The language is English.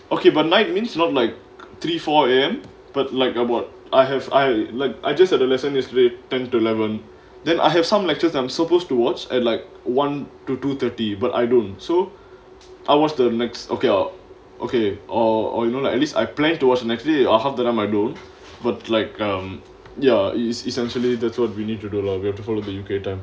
okay but night means you not like three for them but like what I have I like I just ate the lesson yesterday tend to eleven then I have some lectures I'm supposed towards at like one to two thirty but I don't so I was the next okay uh okay or or you know like at least I plan to us the next day or half that I'm I don't but like um there is essentially that's what religion too long we have to follow the U_K time